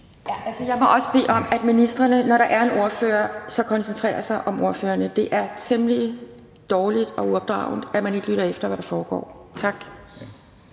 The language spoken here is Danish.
Jeg må også bede om, at ministrene, når der er en ordfører, koncentrerer sig om ordføreren. Det er temmelig dårligt og uopdragent, at man ikke lytter efter, hvad der foregår. Tak.